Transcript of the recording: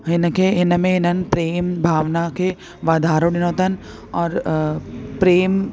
हिनखे हिनमें हिननि प्रेम भावना खे वाधारो ॾिनो अथन और प्रेम